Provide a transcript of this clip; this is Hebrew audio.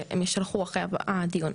והם יישלחו אחרי הדיון.